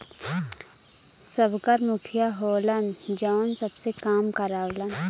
सबकर मुखिया होलन जौन सबसे काम करावलन